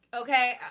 Okay